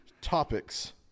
topics